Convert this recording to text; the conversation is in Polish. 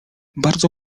bardzo